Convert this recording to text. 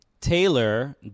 Taylor